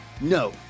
no